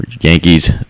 Yankees